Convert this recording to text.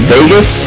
Vegas